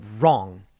wrong